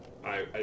I-